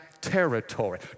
territory